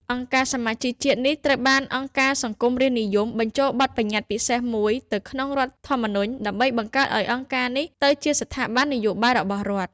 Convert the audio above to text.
អង្គការសមាជជាតិនេះត្រូវបានអង្គការសង្គមរាស្ត្រនិយមបញ្ចូលបទប្បញ្ញត្តិពិសេសមួយទៅក្នុងរដ្ឋធម្មនុញ្ញ ដើម្បីបង្កើតឱ្យអង្គការនេះទៅជាស្ថាប័ននយោបាយរបស់រដ្ឋ។